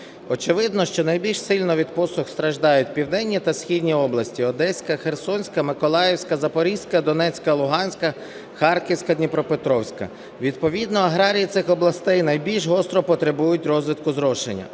Очевидно, що найбільш сильно від посух страждають південні та східні області: Одеська, Херсонська, Миколаївська, Запорізька, Донецька, Луганська, Харківська, Дніпропетровська. Відповідно аграрії цих областей найбільш гостро потребують розвитку зрошення.